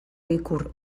ikur